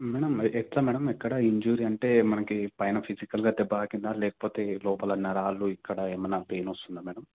madam ఎట్ల madam ఎక్కడ injury అంటే మనకి పైన ఫిజికల్గా దెబ్బ తాకిందా లేకపోతే లోపల నరాలు ఇక్కడ ఏమన్నా పెయిన్ వస్తుందా మ్యాడమ్